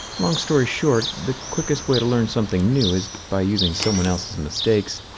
long story short, the quickest way to learn something new is by using someone else's mistakes.